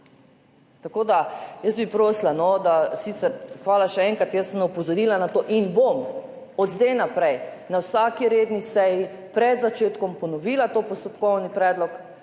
Tako da jaz bi prosila, da sicer – hvala še enkrat, jaz sem opozorila na to in bom od zdaj naprej na vsaki redni seji pred začetkom ponovila ta postopkovni predlog